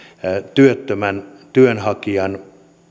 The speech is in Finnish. työttömän työnhakijan